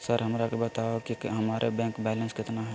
Sir हमरा के बताओ कि हमारे बैंक बैलेंस कितना है?